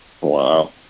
Wow